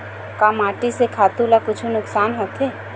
का माटी से खातु ला कुछु नुकसान होथे?